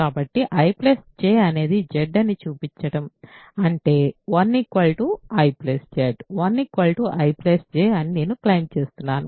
కాబట్టి I J అనేది Z అని చూపించడం అంటే 1 I Z 1 I J అని నేను క్లెయిమ్ చేస్తున్నాను